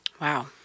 Wow